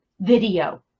video